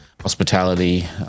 hospitality